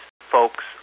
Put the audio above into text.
Folks